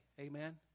Amen